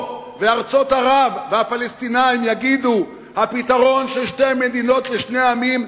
וארצות ערב והפלסטינים יגידו שהפתרון של שתי מדינות לשני עמים,